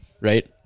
right